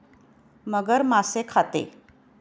मगर मासे खाते